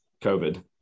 COVID